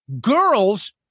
girls